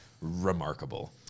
remarkable